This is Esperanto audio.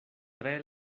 tre